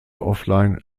offline